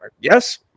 yes